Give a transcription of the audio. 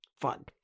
fun